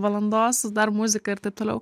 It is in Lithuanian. valandos dar muzika ir taip toliau